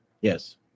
Yes